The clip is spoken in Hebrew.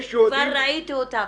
כבר ראיתי אותן.